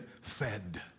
fed